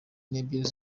n’ebyiri